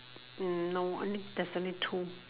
mm no I mean there's only two